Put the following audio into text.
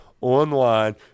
online